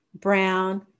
brown